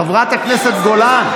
חברת הכנסת גולן,